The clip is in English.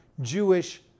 Jewish